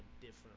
different